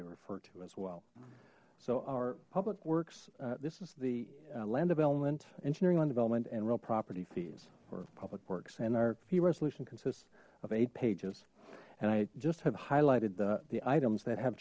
to refer to as well so our public works this is the land of element engineering on development and real property fees for public works and our resolution consists of eight pages and i just have highlighted the the items that have